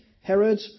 Herod